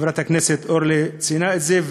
חברת הכנסת אורלי ציינה את זה,